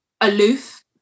aloof